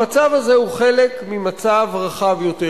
המצב הזה הוא חלק ממצב רחב יותר,